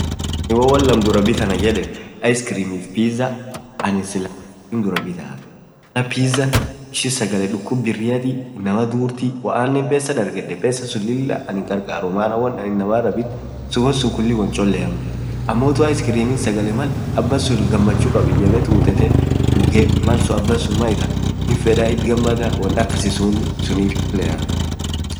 anin hoo woan laam took duraa biit anan yedeen, icecreamiif hiyoo pizaa, iceecream duraa bitaa, maana pizaan, ishin sagalee dukub biriatii, inamaa durtii pesaa ishian anhinkarkartuu, woansuun kulin woan choleamuu amoo icecreamin abansun gamachuu kabaa malsun abansuun maan itaa it gamadaa duub woan akasii suniif chollea.